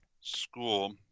school